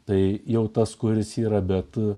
tai jau tas kuris yra bet